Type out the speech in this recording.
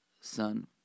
son